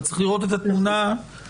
אבל צריך לראות את התמונה הכללית.